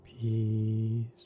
peace